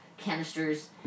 canisters